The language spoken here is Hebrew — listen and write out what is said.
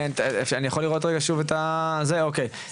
יש פה בערך